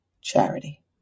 charity